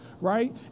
right